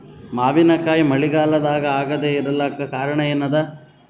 ಮಾವಿನಕಾಯಿ ಮಳಿಗಾಲದಾಗ ಆಗದೆ ಇರಲಾಕ ಕಾರಣ ಏನದ?